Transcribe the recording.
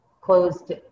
closed